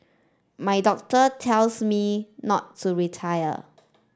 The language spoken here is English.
my doctor tells me not to retire